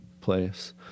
place